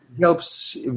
helps